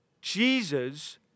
Jesus